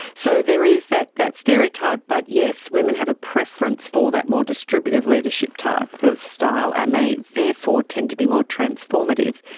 so there is that that stereotype but, yes, women have a preference for that more distributive leadership type of style and they therefore tend to be more transformative.